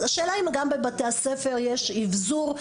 אז השאלה אם גם בבתי הספר יש אבזור,